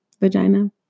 Vagina